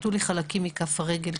כרתו לי חלקים מכף הרגל,